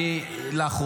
תצעק.